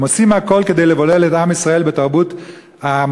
הם עושים הכול כדי לבולל את עם ישראל בתרבות המערבית,